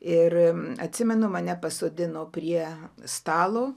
ir atsimenu mane pasodino prie stalo